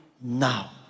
now